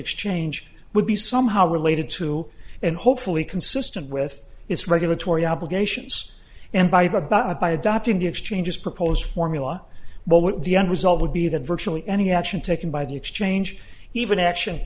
exchange would be somehow related to and hopefully consistent with its regulatory obligations and by about it by adopting the exchanges proposed formula but what the end result would be that virtually any action taken by the exchange even action